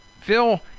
Phil